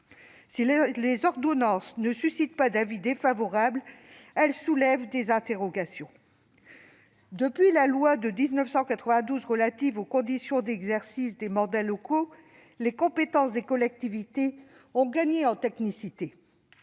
Si les ordonnances ne suscitent pas d'avis défavorable, elles soulèvent des interrogations. Depuis la loi de 1992 relative aux conditions d'exercice des mandats locaux, les compétences des collectivités ont gagné en technicité.